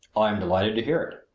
i am delighted to hear it!